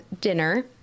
dinner